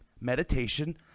meditation